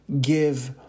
give